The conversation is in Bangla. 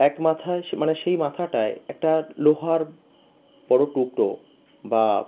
এক মাথায় সে মানে সেই মাথাটায় একটা লোহার বড় টুকরো বা